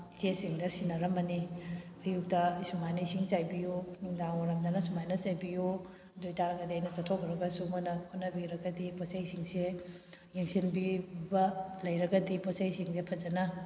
ꯏꯆꯦꯁꯤꯡꯗ ꯁꯤꯟꯅꯔꯝꯃꯅꯤ ꯑꯌꯨꯛꯇ ꯑꯩ ꯑꯁꯨꯃꯥꯏꯅ ꯏꯁꯤꯡ ꯆꯥꯏꯕꯤꯌꯨ ꯅꯨꯡꯗꯥꯡ ꯋꯥꯏꯔꯝꯗꯅ ꯑꯁꯨꯃꯥꯏꯅ ꯆꯥꯏꯕꯤꯌꯨ ꯑꯗꯨꯑꯣꯏꯕꯇꯥꯔꯒꯗꯤ ꯑꯩꯅ ꯆꯠꯊꯣꯛꯈ꯭ꯔꯒꯁꯨ ꯃꯣꯏꯅ ꯍꯣꯠꯅꯕꯤꯔꯒꯗꯤ ꯄꯣꯠꯆꯩꯁꯤꯡꯁꯦ ꯌꯦꯡꯁꯤꯟꯕꯤꯕ ꯂꯩꯔꯒꯗꯤ ꯄꯣꯠꯆꯩꯁꯤꯡꯁꯦ ꯐꯖꯅ